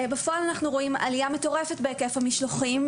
בפועל אנחנו רואים עליה מטורפת בהיקף המשלוחים,